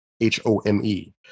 H-O-M-E